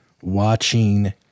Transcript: watching